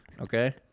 Okay